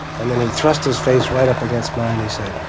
and then he thrust his face right up against mine. he said,